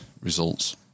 results